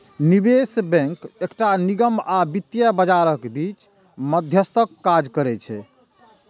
निवेश बैंक एकटा निगम आ वित्तीय बाजारक बीच मध्यस्थक काज करै छै